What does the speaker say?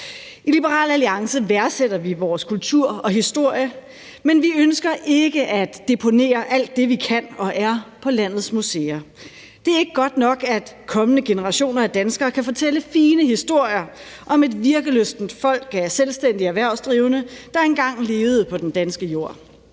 I Liberal Alliance værdsætter vi vores kultur og historie, men vi ønsker ikke at deponere alt det, vi kan og er, på landets museer. Det er ikke godt nok, at kommende generationer af danskere kan fortælle fine historier om et virkelystent folk af selvstændige erhvervsdrivende, der engang levede på den danske jord.